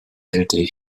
lte